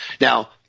Now